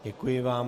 Děkuji vám.